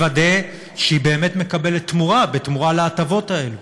לוודא שהיא באמת מקבלת תמורה על ההטבות האלה,